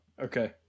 Okay